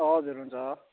हजुर हुन्छ